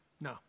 No